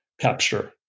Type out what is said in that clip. capture